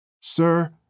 Sir